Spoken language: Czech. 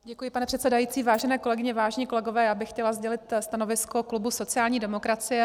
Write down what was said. Děkuji, pane předsedající, vážené kolegyně, vážení kolegové, já bych chtěla sdělit stanovisko klubu sociální demokracie.